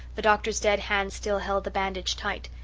the doctor's dead hands still held the bandage tight,